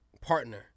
partner